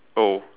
oh